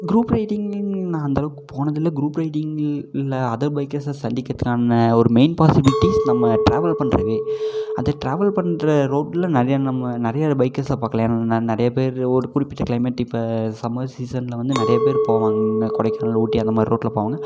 group riding நான் அந்த அளவுக்கு போனது இல்லை குரூப் ரைடிங் இல்லை அதர் பைக்கர்ஸை சந்திக்கிறதுக்கான ஒரு மெயின் பாசிபிலிட்டிஸ் நம்ம டிராவல் பண்ணுற வே அந்த ட்ராவல் பண்ணுற ரோட்டில் நிறையா நம்ம நிறையா பைக்கர்ஸை பார்க்கலாம் ஏன்னால் நிறையா பேர் ஒரு குறிப்பிட்ட கிளைமேட் இப்போ சம்மர் சீசனில் வந்து நிறையா பேர் போவாங்கா இங்கே கொடைக்கானல் ஊட்டி அந்த மாதிரி ரோட்டில் போவாங்க